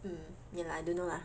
mm ya lah I don't know lah